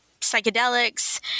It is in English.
psychedelics